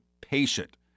patient